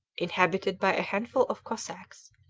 inhabited by a handful of cossacks.